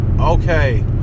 Okay